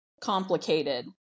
complicated